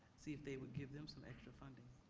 see if they would give them some extra funding.